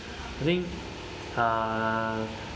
I think err